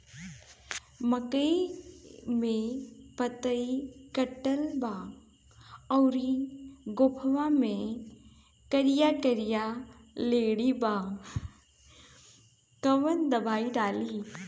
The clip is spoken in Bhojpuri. मकई में पतयी कटल बा अउरी गोफवा मैं करिया करिया लेढ़ी बा कवन दवाई डाली?